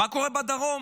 מה קורה בדרום?